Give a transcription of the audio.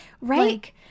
Right